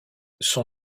son